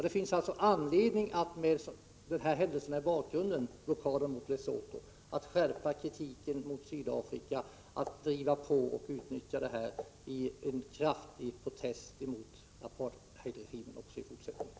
Det finns alltså anledning att mot bakgrund av blockaden mot Lesotho skärpa kritiken mot Sydafrika, driva på och utnyttja den i en kraftig protest mot apartheidregimen också i fortsättningen.